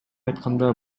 айтканда